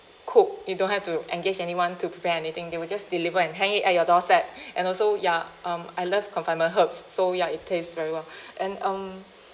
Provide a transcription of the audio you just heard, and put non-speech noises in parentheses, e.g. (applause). cook you don't have to engage anyone to prepare anything they will just deliver and hang it at your doorstep (breath) and also ya um I love confinement herbs so ya it taste very well (breath) and um